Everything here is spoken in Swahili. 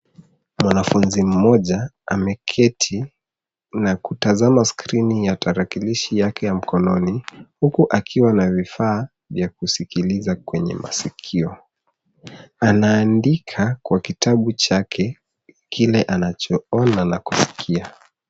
Mwanafunzi mmoja ameketi na kutazama skrini ya tarakilishi yake ya mkononi huku akiwa na vifaa ya kusikiliza kwenye masikio. Anaandika kwa kitabu chake kile anachoona na kuskia.